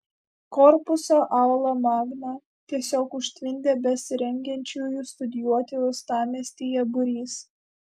korpusą aula magna tiesiog užtvindė besirengiančiųjų studijuoti uostamiestyje būrys